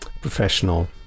professional